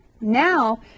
Now